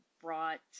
brought